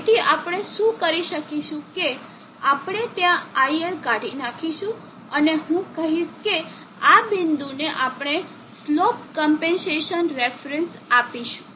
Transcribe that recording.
તેથી આપણે શું કરીશું કે આપણે ત્યાં iL કાઢી નાખીશું અને હું કહીશ કે આ બિંદુને આપણે સ્લોપ ક્મ્પેન્સેસન રેફરન્સ આપીશું